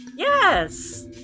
Yes